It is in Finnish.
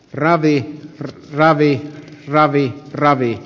ravi ravi ravit ravi